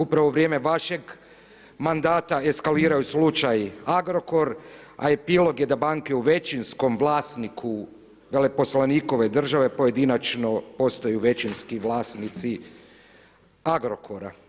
Upravo u vrijeme vašeg mandata eskalirao je slučaj Agrokor, a epilog je da banke u većinskom vlasniku veleposlanikove države pojedinačno postaju većinski vlasnici Agrokora.